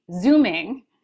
Zooming